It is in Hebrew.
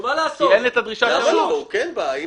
זה כן בא לידי ביטוי.